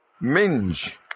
Minge